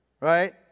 right